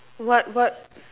what what